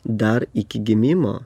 dar iki gimimo